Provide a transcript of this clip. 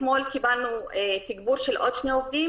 אתמול קיבלנו תגבור של עוד שני עובדים,